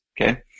okay